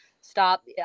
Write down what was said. stop